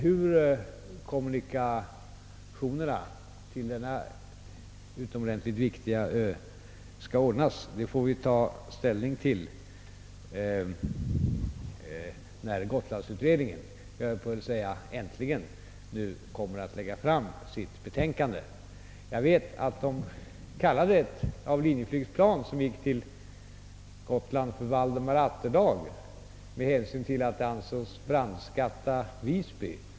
Hur kommunikationerna till denna utomordentligt viktiga ö skall ordnas får vi ta ställning till när gotlandsutredningen — jag höll på att säga äntligen — nu kommer att lägga fram sitt betänkande. Jag vet att man kallade ett av Linjeflygs plan som gick till Gotland för Valdemar Atterdag med hänsyn till att det ansågs brandskatta Visby.